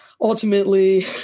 ultimately